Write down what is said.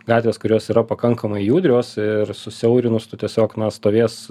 gatvės kurios yra pakankamai judrios ir susiaurinus tu tiesiog na stovės